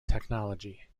technology